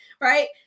Right